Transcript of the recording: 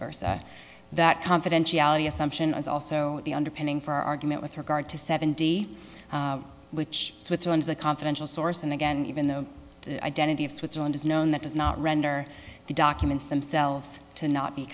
versa that confidentiality assumption is also the underpinning for argument with regard to seventy which switzerland's a confidential source and again even though the identity of switzerland is known that does not render the documents themselves to not be